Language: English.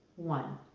one.